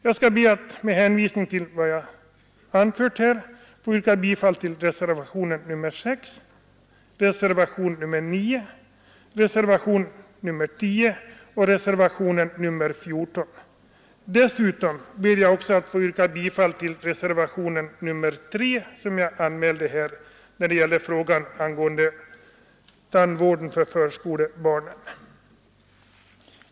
Jag ber att med hänvisning till vad jag anfört få yrka bifall till reservationen VI, reservationen IX, reservationen X och reservationen XIV. Dessutom ber jag att få yrka bifall till reservationen III, som gäller frågan om tandvård för förskolebarnen.